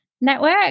Network